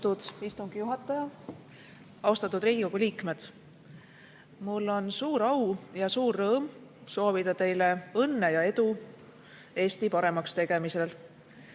Austatud istungi juhataja! Austatud Riigikogu liikmed! Mul on suur au ja suur rõõm soovida teile õnne ja edu Eesti paremaks tegemisel.